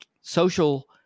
social